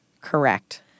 Correct